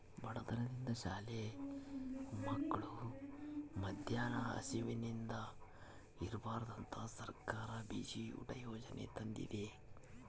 ಬಡತನದಿಂದ ಶಾಲೆ ಮಕ್ಳು ಮದ್ಯಾನ ಹಸಿವಿಂದ ಇರ್ಬಾರ್ದಂತ ಸರ್ಕಾರ ಬಿಸಿಯೂಟ ಯಾಜನೆ ತಂದೇತಿ